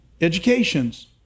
educations